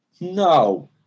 No